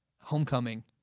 homecoming